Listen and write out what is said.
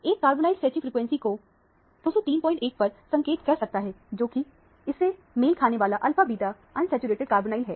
एक carbonyl stretching frequency को 2031 पर संकेत कर सकता है जोकि इससे मेल खाने वाला अल्फा बीटा अनसैचुरेटेड कार्बोनाइल है